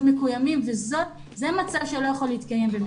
מקוימים וזה מצב שלא יכול להתקיים במדינת ישראל.